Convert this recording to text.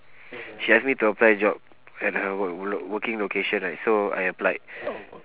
she ask me to apply a job at her wor~ wor~ working location right so I applied